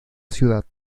ciudad